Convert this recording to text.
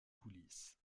coulisses